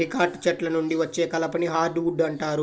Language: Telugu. డికాట్ చెట్ల నుండి వచ్చే కలపని హార్డ్ వుడ్ అంటారు